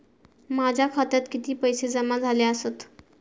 माझ्या खात्यात किती पैसे जमा झाले आसत?